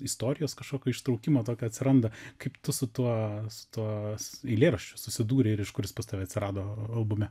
istorijos kažkokio ištraukimo tokio atsiranda kaip tu su tuo su tuos eilėraščiu susidūrei ir iš kur jis pas tave atsirado albume